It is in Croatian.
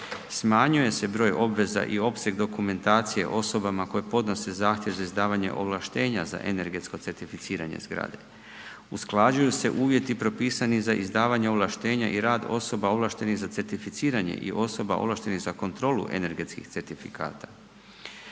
Smanjuje se broj obveza i opseg dokumentacije osobama koje podnose zahtjev za izdavanje ovlaštenja za energetsko certificiranje zgrade. Usklađuju se uvjeti propisani za izdavanje ovlaštenja i rad osoba ovlaštenih za certificiranje i osoba ovlaštenih za kontrolu energetskih certifikata.